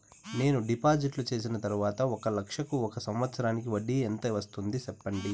నేను డిపాజిట్లు చేసిన తర్వాత ఒక లక్ష కు ఒక సంవత్సరానికి వడ్డీ ఎంత వస్తుంది? సెప్పండి?